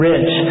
Rich